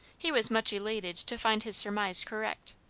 he was much elated to find his surmise correct.